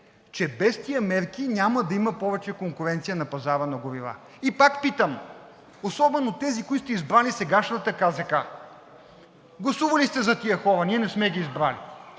че без тези мерки няма да има повече конкуренция на пазара на горива. Пак питам, особено тези, които сте избрали сегашната КЗК – гласували сте за тези хора, ние не сме ги избрали.